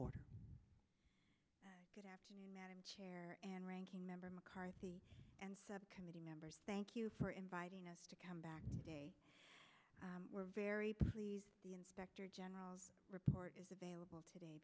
order good afternoon madam chair and ranking member mccarthy and subcommittee members thank you for inviting us to come back we're very pleased the inspector general's report is available today